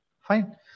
Fine